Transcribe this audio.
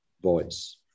voice